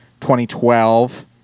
2012